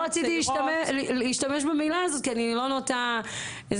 לא רציתי להשתמש במילה הזו כי אני לא נוטה זה,